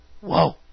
Whoa